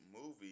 movie